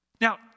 Now